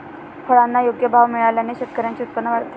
फळांना योग्य भाव मिळाल्याने शेतकऱ्यांचे उत्पन्न वाढते